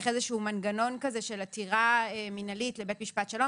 איזה שהוא מנגנון כזה של עתירה מנהלית לבית משפט שלום,